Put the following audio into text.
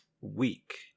week